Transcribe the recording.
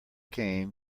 came